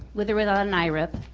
with or without an irip,